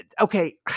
Okay